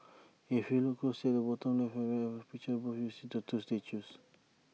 if you look closely at the bottom left and right of the picture above you'll see two statues